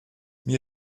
mir